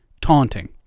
taunting